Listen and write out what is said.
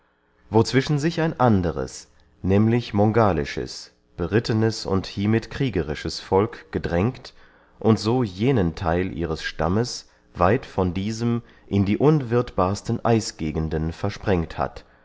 sich ein anderes nämlich mongalisches berittenes und hiemit kriegerisches volk gedrängt und so jenen theil ihres stammes weit von diesem in die unwirthbarsten eisgegenden versprengt hat